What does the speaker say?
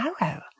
arrow